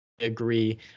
agree